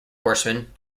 horseman